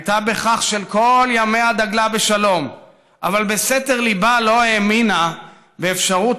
הייתה בכך שכל ימיה דגלה בשלום אבל בסתר ליבה לא האמינה באפשרות